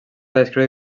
descriure